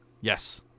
Yes